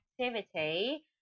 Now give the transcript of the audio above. activity